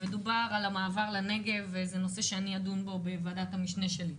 דובר על המעבר לנגב וזה נושא שאני אדון בו בוועדת המשנה שלי.